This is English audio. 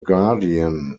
guardian